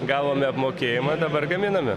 gavome apmokėjimą dabar gaminame